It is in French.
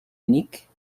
unique